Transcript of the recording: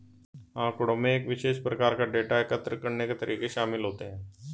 आँकड़ों में एक विशेष प्रकार का डेटा एकत्र करने के तरीके शामिल होते हैं